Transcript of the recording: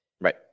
Right